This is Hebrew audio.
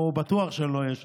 או בטוח שלא אהיה שם.